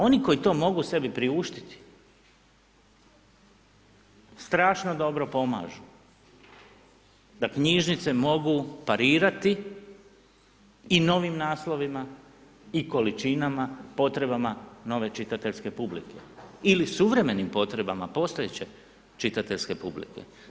Oni koji to mogu sebi priuštiti strašno dobro pomažu, da knjižnice mogu parirati i novim naslovima i količinama i potrebama nove čitateljske publike ili suvremenim potrebama postojeće čitateljske publike.